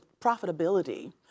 Profitability